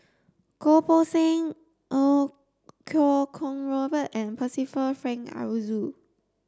Goh Poh Seng Iau Kuo Kwong Robert and Percival Frank Aroozoo